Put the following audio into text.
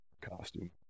costume